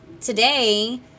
today